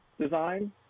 design